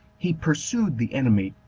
he pursued the enemy,